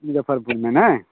मुजफ्फरपुरमे नहि